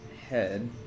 head